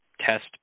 test